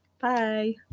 Bye